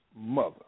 mother